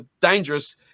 dangerous